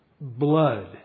blood